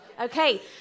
Okay